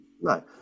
No